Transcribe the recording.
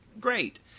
great